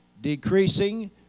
decreasing